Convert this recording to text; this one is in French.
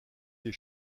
des